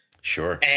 Sure